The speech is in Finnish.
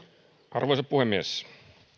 arvoisa puhemies